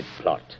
plot